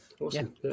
Awesome